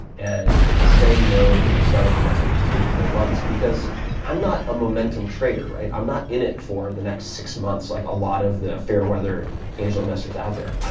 and saying no to the startup investing for three to four months because i'm not a momentum trader, right. i'm not in it for the next six months like a lot of the fair weather angel investors out there.